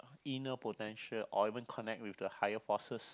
inner potential or even connect with the higher forces